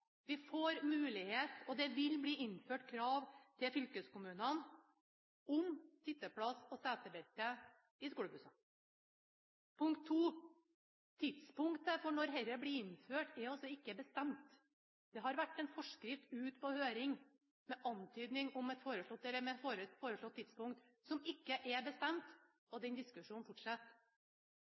Vi får mulighet til å innføre krav til fylkeskommunene om sitteplass og setebelte i skolebussene. Punkt 2: Tidspunktet for når dette blir innført, er ikke bestemt. Det har vært en forskrift ute på høring med antydning om et foreslått tidspunkt, som ikke er bestemt. Den diskusjonen fortsetter.